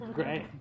Great